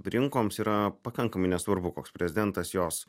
rinkoms yra pakankamai nesvarbu koks prezidentas jos